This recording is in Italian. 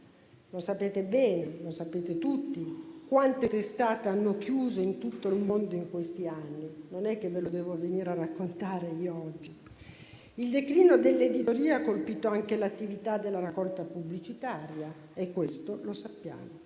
Sapete bene tutti quante testate hanno chiuso in tutto il mondo in questi anni: non devo venire a raccontarvelo io oggi. Il declino dell'editoria ha colpito anche l'attività della raccolta pubblicitaria e questo lo sappiamo.